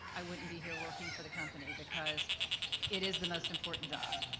i wouldn't be here working for the company because it is the most important job.